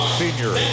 senior